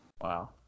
wow